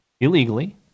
illegally